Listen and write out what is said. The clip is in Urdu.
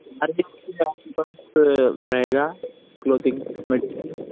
ابھی وقت رہے گا کلوتھنگ